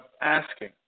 asking